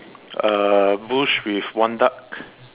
uh bush with one duck